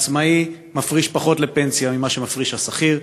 עצמאי מפריש פחות לפנסיה ממה שמפריש השכיר,